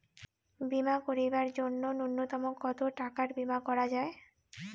বীমা করিবার জন্য নূন্যতম কতো টাকার বীমা করা যায়?